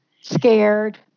Scared